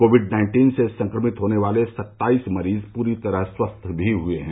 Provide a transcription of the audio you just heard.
Covid nineteen से संक्रमित होने वाले सत्ताईस मरीज पूरी तरह स्वस्थ भी हुए हैं